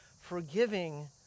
forgiving